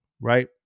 right